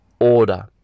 order